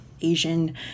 Asian